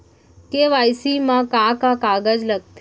KYC मा का का कागज लगथे?